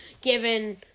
given